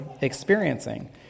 experiencing